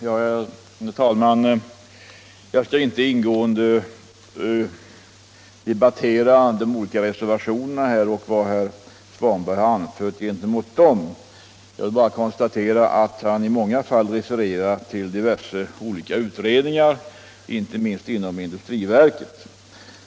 Herr talman! Jag skall inte ingående debattera de olika reservationerna och vad herr Svanberg anfört gentemot dem. Jag vill bara konstatera att han i många fall refererar till diverse utredningar, inte minst inom industriverket.